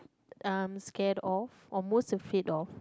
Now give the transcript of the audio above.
I'm scared of or most afraid of